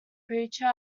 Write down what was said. preacher